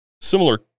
similar